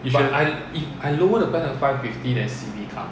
you should